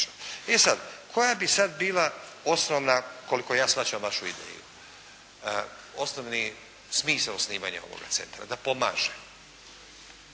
I sad, koja bi sad bila osnovna, koliko ja shvaćam vašu ideju, osnovni smisao osnivanja ovoga centra da pomaže,